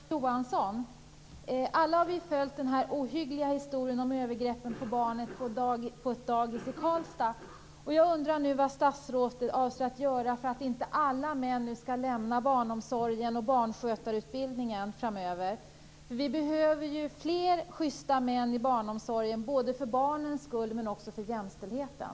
Fru talman! Jag har en fråga till statsrådet Ylva Alla har vi följt den ohyggliga historien om övergreppen på barnen på ett dagis i Karlstad. Jag undrar vad statsrådet avser att göra för att inte alla män skall lämna barnomsorgen och barnskötarutbildningen framöver. Vi behöver fler schysta män i barnomsorgen, både för barnens skull och för jämställdheten.